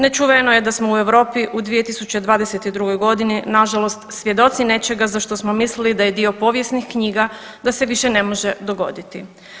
Nečuveno je da smo u Europi u 2022. g. nažalost svjedoci nečega za što smo mislili da je dio povijesnih knjiga, da se više ne može dogoditi.